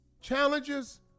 Challenges